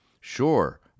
Sure